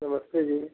नमस्ते जी